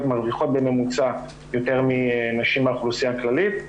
מרוויחות בממוצע יותר מנשים מהאוכלוסיה הכללית.